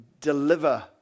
deliver